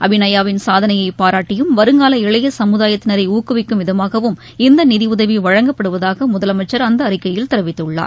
அபிநயாவின் சாதனையை பாராட்டியும் வருங்கால இளைய சமுதாயத்தினரை ஊக்குவிக்கும் விதமாகவும் இந்த நிதியுதவி வழங்கப்படுவதாக முதலமைச்சர் அந்த அறிக்கையில் தெரிவித்துள்ளார்